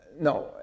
no